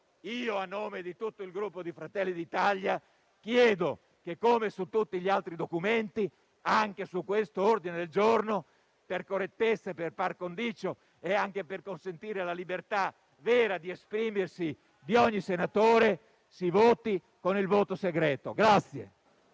io, a nome di tutto il gruppo di Fratelli d'Italia, chiedo che, come su tutti gli altri documenti, anche su questo ordine del giorno per correttezza, per *par condicio* e anche per consentire ad ogni senatore di esprimersi in totale libertà, si voti con il voto segreto.